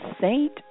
Saint